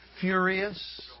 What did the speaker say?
furious